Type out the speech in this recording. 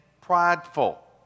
prideful